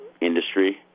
industry